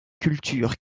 culture